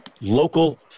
local